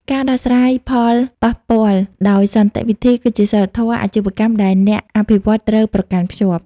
ការដោះស្រាយផលប៉ះពាល់ដោយសន្តិវិធី គឺជាសីលធម៌អាជីវកម្មដែលអ្នកអភិវឌ្ឍន៍ត្រូវប្រកាន់ខ្ជាប់។